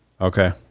Okay